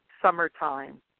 Summertime